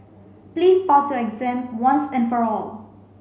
please pass your exam once and for all